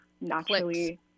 naturally